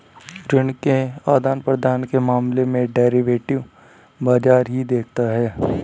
ऋण के आदान प्रदान के मामले डेरिवेटिव बाजार ही देखता है